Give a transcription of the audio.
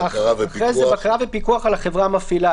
"בקרה ופיקוח".